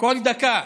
כל דקה.